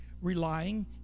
relying